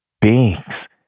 beings